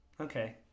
Okay